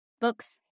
books